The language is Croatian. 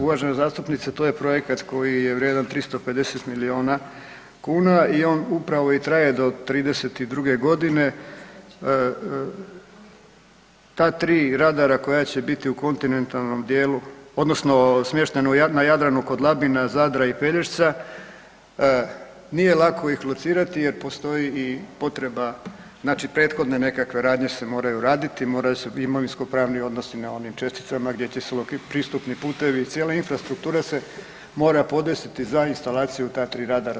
Uvažena zastupnice, to je projekat koji je vrijedan 350 milijuna kuna i on upravo i traje do '32.g. ta tri radara koja će biti u kontinentalnom dijelu odnosno smješten na Jadranu kod Labina, Zadra i Pelješca nije ih lako locirati jer postoji i potreba prethodne nekakve radnje se moraju raditi, moraju se imovinskopravni odnosi na onim česticama gdje će se pristupni putevi, cijela infrastruktura se mora podesiti za instalaciju ta tri radara.